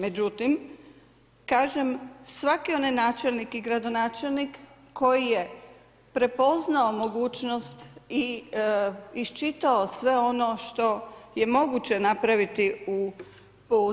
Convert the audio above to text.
Međutim, kažem svaki onaj načelnik i gradonačelnik koji je prepoznao mogućnost i iščitao sve ono što je moguće napraviti u